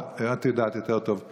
את יודעת יותר טוב למה.